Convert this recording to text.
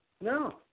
No